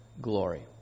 glory